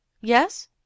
Yes